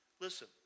Listen